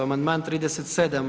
Amandman 37.